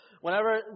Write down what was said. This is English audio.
whenever